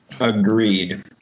Agreed